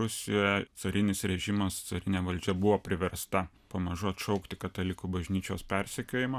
rusijoje carinis režimas carinė valdžia buvo priversta pamažu atšaukti katalikų bažnyčios persekiojimą